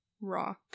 rock